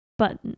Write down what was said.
Button